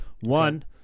One